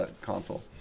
console